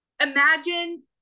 imagine